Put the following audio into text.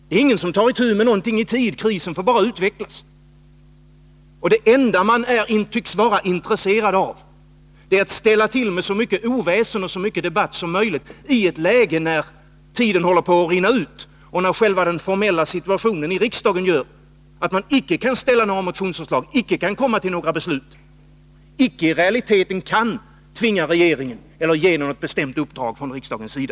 Det är ingen som tar itu med någonting i tid, utan krisen får bara utvecklas. Det enda man tycks vara intresserad av är att ställa till med så mycket oväsen och så mycket debatt som möjligt, i ett läge när tiden håller på att rinna ut och när själva den formella situationen i riksdagen gör att man icke kan framställa några motionsförslag, icke komma till några beslut, icke i realiteten kan tvinga regeringen till någonting eller ge den något bestämt uppdrag från riksdagen.